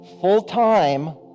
full-time